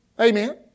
Amen